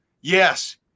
yes